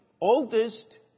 Oldest